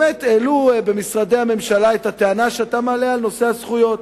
העלו במשרדי הממשלה את הטענה שאתה מעלה על נושא הזכויות,